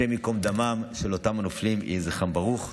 השם ייקום דמם של אותם הנופלים, יהי זכרם ברוך.